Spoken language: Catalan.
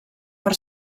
per